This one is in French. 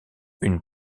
une